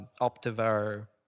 Optiver